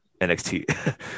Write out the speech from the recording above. NXT